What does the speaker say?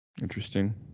Interesting